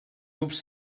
tubs